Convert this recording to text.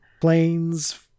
Planes